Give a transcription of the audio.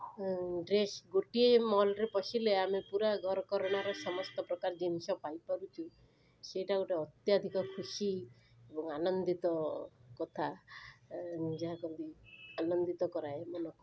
ଆଉ ଡ୍ରେସ୍ ଗୋଟିଏ ମଲରେ ପଶିଲେ ଆମେ ପୁରା ଘରକରଣାର ସମସ୍ତ ପ୍ରକାର ଜିନିଷ ପାଇପାରୁଛୁ ସେଇଟା ଗୋଟେ ଅତ୍ୟାଧିକ ଖୁସି ଆନନ୍ଦିତ କଥା ଅ ଯାହାକହନ୍ତି ଆନନ୍ଦିତ କରାଏ ମନକୁ